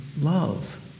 Love